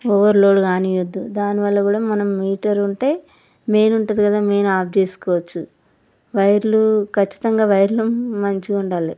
over load కానీయద్దు దానివల్ల కూడా మనం మీటర్ ఉంటే మెయిన్ ఉంటుంది కదా మెయిన్ ఆఫ్ చేసుకోవచ్చు వైర్లు ఖచ్చితంగా వైర్లు మంచిగ ఉండాలి